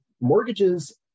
mortgages